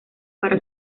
para